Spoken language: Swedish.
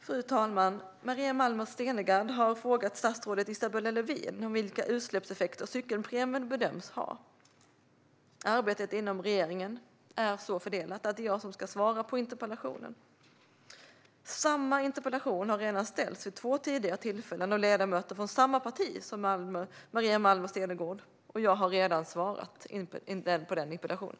Fru talman! Maria Malmer Stenergard har frågat statsrådet Isabella Lövin om vilka utsläppseffekter elcykelpremien bedöms ha. Arbetet inom regeringen är så fördelat att det är jag som ska svara på interpellationen. Samma interpellation har redan ställts vid två tidigare tillfällen av ledamöter från samma parti som Maria Malmer Stenergard. Jag har redan besvarat interpellationen.